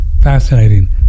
fascinating